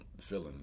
feeling